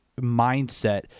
mindset